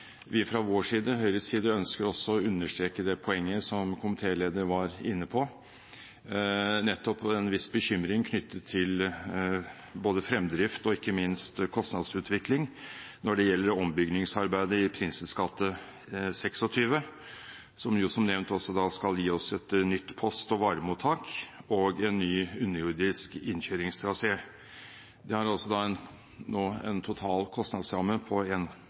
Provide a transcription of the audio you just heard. vi fra vår side, Høyres side, også ønsker å understreke det poenget som komitéleder var inne på – nettopp en viss bekymring knyttet til både fremdrift og ikke minst kostnadsutvikling når det gjelder ombyggingsarbeidet i Prinsens gate 26, som jo som nevnt også skal gi oss et nytt post- og varemottak og en ny underjordisk innkjøringstrasé. Det har nå en total kostnadsramme på 1,45 mrd. kr. Selv om det foreligger en